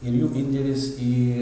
ir jų indėlis į